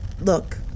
Look